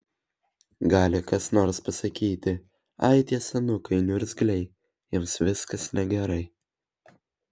gali kas nors pasakyti ai tie senukai niurzgliai jiems viskas negerai